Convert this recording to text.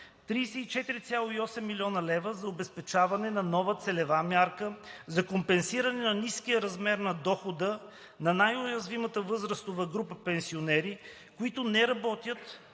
34,8 млн. лв. – за обезпечаване на нова целева мярка за компенсиране на ниския размер на дохода на най-уязвимата възрастова група пенсионери, които не работят,